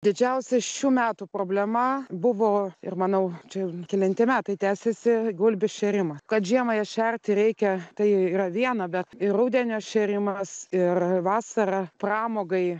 didžiausia šių metų problema buvo ir manau čia jau kelinti metai tęsiasi gulbių šėrimas kad žiemą jas šerti reikia tai yra viena bet ir rudenio šėrimas ir vasarą pramogai